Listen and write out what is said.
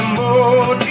more